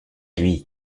lui